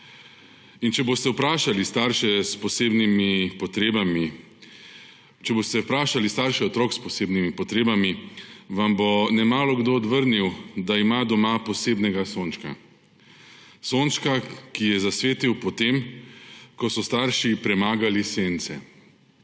sam si sonce in da s sveta odganjaš sence.« Če boste vprašali starše otrok s posebnimi potrebami, vam bo nemalokdo odvrnil, da ima doma posebnega sončka. Sončka, ki je zasvetil po tem, ko so starši premagali sence